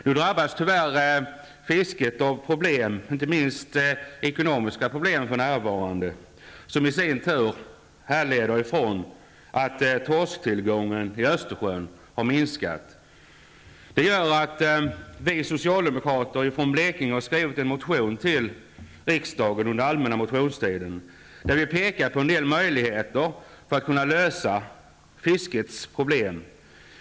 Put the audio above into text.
Nu drabbas tyvärr fisket av problem, inte minst ekonomiska problem, som i sin tur beror på att torsktillgången i Östersjön har minskat. Därför har vi socialdemokrater från Blekinge skrivit en motion till riksdagen under allmänna motionstiden, där vi pekar på en del möjligheter att lösa fiskets problem.